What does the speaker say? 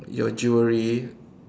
your jewelery